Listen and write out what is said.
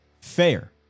fair